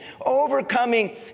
Overcoming